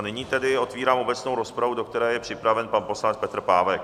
Nyní tedy otevírám obecnou rozpravu, do které je připraven pan poslanec Petr Pávek.